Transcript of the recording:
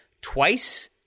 twice